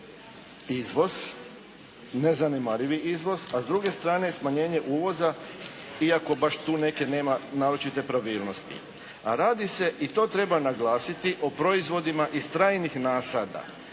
izvoz, nezanemarivi iznos, a s druge strane smanjenje uvoza iako baš tu neke nema naočite pravilnosti, a radi se i to treba naglasiti o proizvodima iz trajnih nasada,